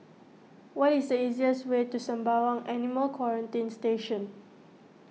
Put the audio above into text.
what is the easiest way to Sembawang Animal Quarantine Station